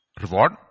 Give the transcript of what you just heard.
reward